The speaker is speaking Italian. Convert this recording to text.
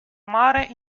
mare